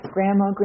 Grandma